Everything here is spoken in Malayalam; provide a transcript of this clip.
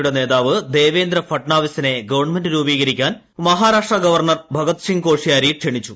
യുടെ നേതാവ് ദേവേന്ദ്ര ഫഡ്നാവിസിനെ ഗവൺമെന്റ് രൂപീകരിക്കാൻ മഹാരാഷ്ട്ര ഗവർണർ ഭഗത് സിംഗ് കോഷ്യാരി ക്ഷണിച്ചു